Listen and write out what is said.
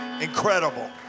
incredible